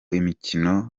imikino